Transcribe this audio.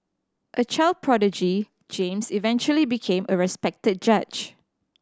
a child prodigy James eventually became a respected judge